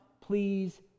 please